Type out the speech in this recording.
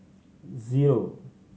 zero